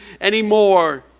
anymore